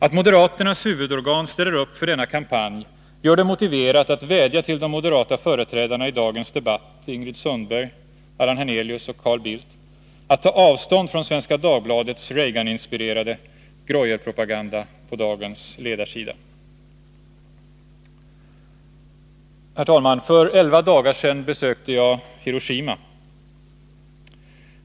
Att moderaternas huvudorgan ställer upp för denna kampanj gör det motiverat att vädja till de moderata företrädarna i dagens debatt — Ingrid Sundberg, Allan Hernelius och Carl Bildt — att ta avstånd från Svenska Dagbladets Reaganinspirerade greuelpropaganda på dagens ledarsida. För elva dagar sedan besökte jag Hiroshima.